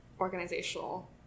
organizational